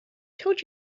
told